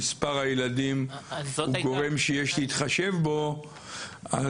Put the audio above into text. שמספר הילדים זה דבר שיש להתחשב בו,